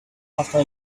after